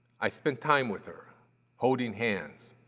i spent time with her holding hands,